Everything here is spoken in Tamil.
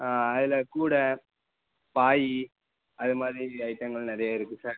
அதில் கூடை பாய் அது மாதிரி ஐட்டங்கள் நிறைய இருக்குது சார்